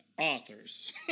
authors